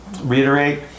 reiterate